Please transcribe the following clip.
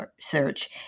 search